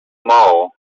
mall